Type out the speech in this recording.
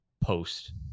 post